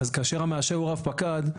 אז כאשר המאשר הוא רב פקד,